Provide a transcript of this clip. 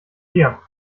dir